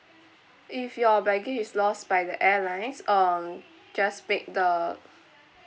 if your baggage is lost by the airlines um just wait the